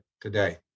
today